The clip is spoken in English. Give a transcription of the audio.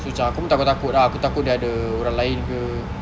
so cam aku takut-takut ah aku takut dia ada orang lain ke